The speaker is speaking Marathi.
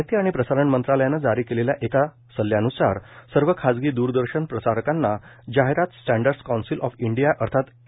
माहिती आणि प्रसारण मंत्रालयानं जारी केलेल्या एका एक सल्लान्सार सर्व खासगी द्रदर्शन प्रसारकांना जाहिरात स्टँडर्ड्स कौन्सिल ऑफ इंडिया अर्थात ए